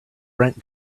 rent